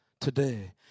today